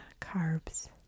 Carbs